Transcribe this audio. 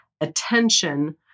attention